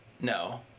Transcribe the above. no